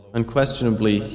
Unquestionably